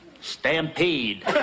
Stampede